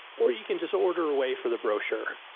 or you can just order away for the brochure.